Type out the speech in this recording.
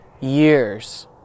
years